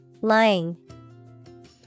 Lying